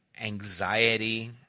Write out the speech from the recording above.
anxiety